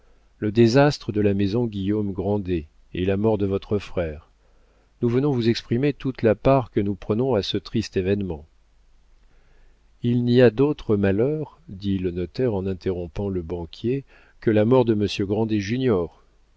le désastre de la maison guillaume grandet et la mort de votre frère nous venons vous exprimer toute la part que nous prenons à ce triste événement il n'y a d'autre malheur dit le notaire en interrompant le banquier que la mort de monsieur